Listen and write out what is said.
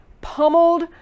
pummeled